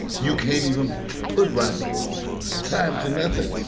you can't even put rodney tied to nothing.